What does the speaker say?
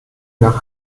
nach